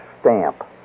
stamp